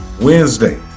Wednesday